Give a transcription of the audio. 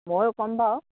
মইও কম বাৰু